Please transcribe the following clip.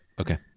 Okay